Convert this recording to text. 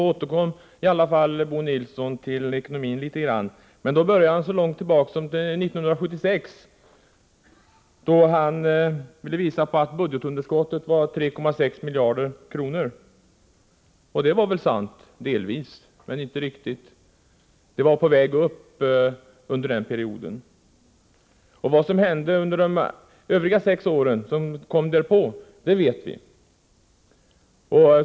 Herr talman! Bo Nilsson återkom till ekonomin litet grand. Men han gick så långt tillbaka i tiden som 1976 för att visa att budgetunderskottet då var 3,6 miljarder. Det är väl sant — delvis, men inte riktigt. Det var på väg upp under denna period. Vad som hände under de följande sex åren vet vi.